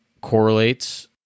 correlates